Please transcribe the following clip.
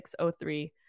603